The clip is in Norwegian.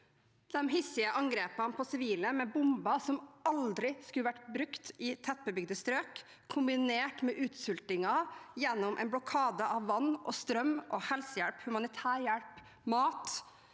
De hissige angrepene på sivile med bomber som aldri skulle vært brukt i tettbygde strøk, kombinert med utsultingen gjennom en blokade av vann, strøm, helsehjelp, humanitær hjelp og mat,